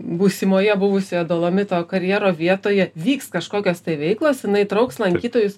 būsimoje buvusioje dolomito karjero vietoje vyks kažkokios veiklos jinai trauks lankytojus